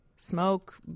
smoke